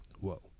Whoa